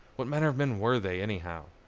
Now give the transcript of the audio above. what manner of men were they, anyhow?